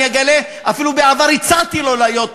אני אגלה, אפילו בעבר הצעתי לו להיות מנכ"ל.